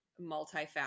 multifaceted